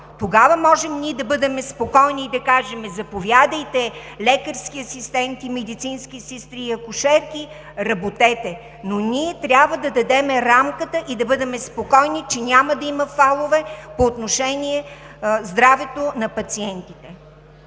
Закона можем да бъдем спокойни и да кажем: заповядайте, лекарски асистенти, медицински сестри и акушерки, работете! Но ние трябва да дадем рамката и да бъдем спокойни, че няма да има фалове по отношение на здравето на пациентите.